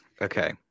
Okay